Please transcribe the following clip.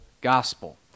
gospel